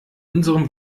unserem